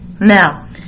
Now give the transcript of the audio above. now